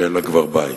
שאין לה כבר בית.